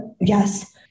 yes